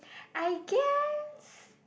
I guess